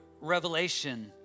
revelation